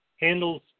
handles